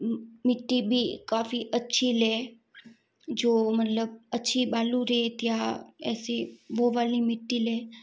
मिट्टी भी काफ़ी अच्छी लें जो मतलब अच्छी बालू रेत या ऐसी वो वाली मिट्टी लें